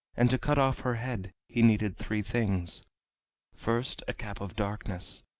and to cut off her head, he needed three things first, a cap of darkness,